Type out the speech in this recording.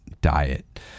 diet